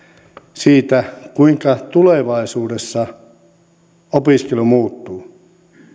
siitä kuinka tulevaisuudessa opiskelu muuttuu